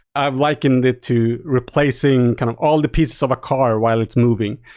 i've likened it to replacing kind of all the pieces of a car while it's moving.